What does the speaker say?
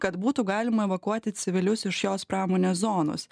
kad būtų galima evakuoti civilius iš jos pramonės zonos